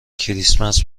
کریسمس